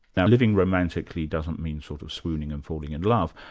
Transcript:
now living romantically doesn't mean sort of swooning and falling in love,